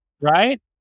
right